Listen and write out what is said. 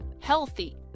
healthy